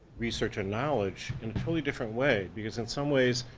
research and knowledge, in a totally different way, because in some ways,